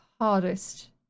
hardest